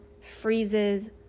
freezes